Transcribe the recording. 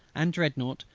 and dreadnought,